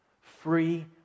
free